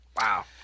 Wow